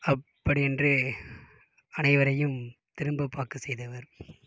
அப்படியென்று அனைவரையும் திரும்ப பார்க்க செய்தவர்